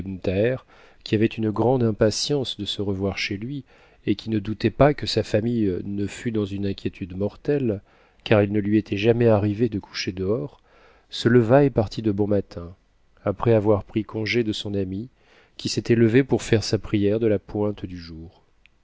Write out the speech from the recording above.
qui avait une grande impatience de se revoir chez lui et qui ne doutait pas que sa iamiiïe ne mt dans une inquiétude mortelle car il ne lui était jamais arrive de coucher dehors se leva et partit de bon matin après avoir is con e df son ami qui s'était tcvo pour fan sa prière b ta pointe du jour